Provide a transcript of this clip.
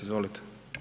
Izvolite.